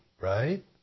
right